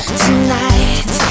tonight